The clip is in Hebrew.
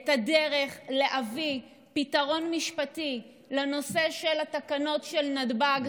את הדרך להביא פתרון משפטי לנושא של התקנות של נתב"ג,